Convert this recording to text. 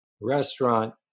restaurant